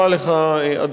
תודה רבה לך.